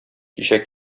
кичә